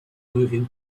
moving